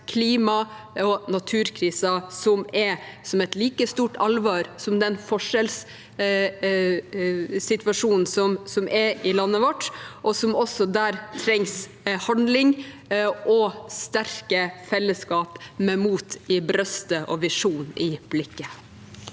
klima- og naturkrisen, som innebærer et like stort alvor som den forskjellssituasjonen som er i landet vårt. Også der trengs det handling og sterke fellesskap, med mot i brystet og visjon i blikket.